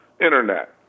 Internet